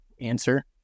answer